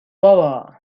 بابا